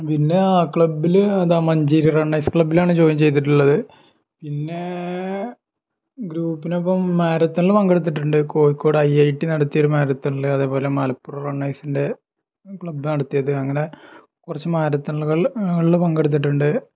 പിന്നെ ക്ലബ്ബില് മഞ്ചേരി റണ്ണേഴ്സ് ക്ലബ്ബിലാണ് ജോയിൻ ചെയ്തിട്ടുള്ളത് പിന്നെ ഗ്രുപ്പിനൊപ്പം മാരത്തെല്ലാം പങ്കെടുത്തിട്ടുണ്ട് കോഴിക്കോട് ഐ ഐ ടി നടത്തിയൊരു മാരത്തോണിൽ അതേപോലെ മലപ്പുറം റണ്ണേഴ്സിൻറെ ക്ലബ് നടത്തിയത് അങ്ങനെ കുറച്ച് മാരത്തോണുകളിൽ പങ്കെടുത്തിട്ടുണ്ട്